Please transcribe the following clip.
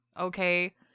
okay